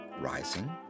Rising